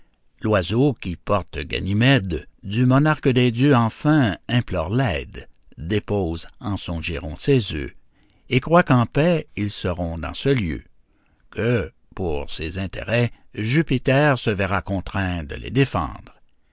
l'oiseau qui porte ganymède du monarque des dieux enfin implore l'aide dépose en son giron ses œufs et croit qu'en paix ils seront dans ce lieu que pour ses intérêts jupiter se verra contraint de les défendre